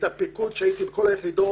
את הפיקוד שהייתי בכל היחידות,